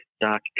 dark